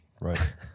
Right